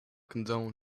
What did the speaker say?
condone